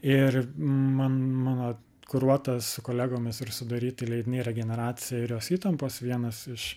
ir man mano kuruotas su kolegomis ir sudaryti leidiniai regeneracija ir jos įtampos vienas iš